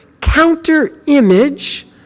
counter-image